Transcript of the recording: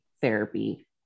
therapy